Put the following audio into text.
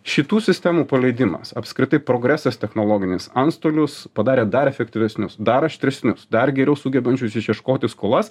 šitų sistemų paleidimas apskritai progresas technologinis antstolius padarė dar efektyvesnius dar aštresnius dar geriau sugebančius išieškoti skolas